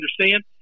understand